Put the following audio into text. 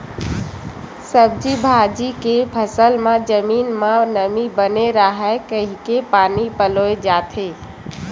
सब्जी भाजी के फसल म जमीन म नमी बने राहय कहिके पानी पलोए जाथे